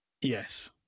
Yes